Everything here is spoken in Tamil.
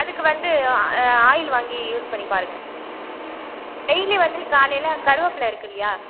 அதுக்கு வந்து ஆயில் வாங்கி யூஸ் பண்ணி பாருங்க டெய்லி வந்து காலையில் கருவேப்பிலை இருக்குது இல்லையா